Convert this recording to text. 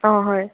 অ হয়